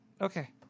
Okay